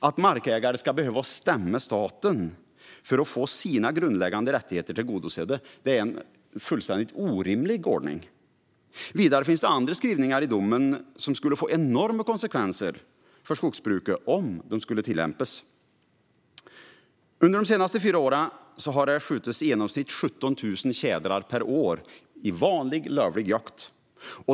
Att markägare ska behöva stämma staten för att få sina grundläggande rättigheter tillgodosedda är en fullständigt orimlig ordning. Vidare finns det andra skrivningar i domen som skulle få enorma konsekvenser för skogsbruket om de skulle tillämpas. Under de senaste fyra åren har det under jakt skjutits i genomsnitt 17 000 tjädrar per år i vanlig lovlig jakt.